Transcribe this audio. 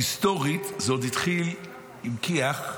היסטורית זה עוד התחיל עם כי"ח,